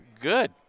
Good